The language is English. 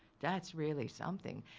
that's really something.